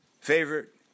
favorite